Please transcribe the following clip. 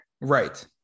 Right